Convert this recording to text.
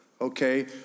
okay